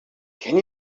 can